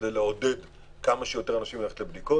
כדי לעודד כמה שיותר אנשים ללכת לבדיקות.